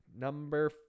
Number